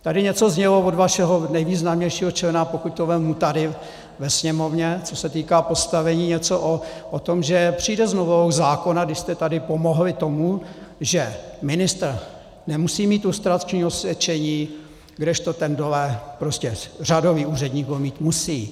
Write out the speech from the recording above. Tady něco znělo od vašeho nejvýznamnějšího člena, pokud to vezmu tady ve Sněmovně, co se týká postavení, něco o tom, že přijde s novelou zákona, když jste tady pomohli tomu, že ministr nemusí mít lustrační osvědčení, kdežto ten dole, prostě řadový úředník, ho mít musí.